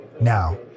Now